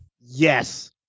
Yes